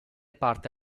parte